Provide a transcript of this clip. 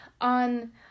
on